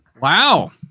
Wow